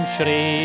Shri